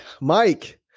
Mike